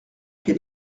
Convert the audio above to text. qu’il